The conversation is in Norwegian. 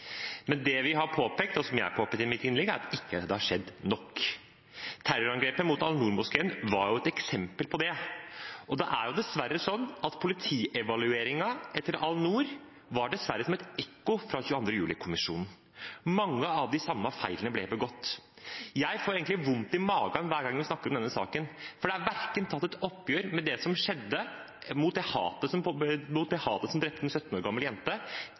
Men det vi har påpekt, og som jeg påpekte i mitt innlegg, er at det ikke har skjedd nok. Terrorangrepet mot Al-Noor-moskeen var et eksempel på det, og det er dessverre slik at politievalueringen etter Al-Noor var som et ekko fra 22. juli-kommisjonen. Mange av de samme feilene ble begått. Jeg får egentlig vondt i magen hver gang vi snakker om denne saken, for det er ikke tatt et oppgjør med det som skjedde, verken med det hatet som drepte en 17 år gammel jente, eller de feilene som